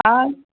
हा